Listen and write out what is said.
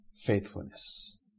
faithfulness